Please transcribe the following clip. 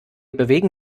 bewegen